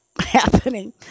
happening